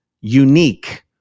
unique